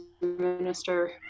minister